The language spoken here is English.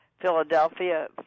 philadelphia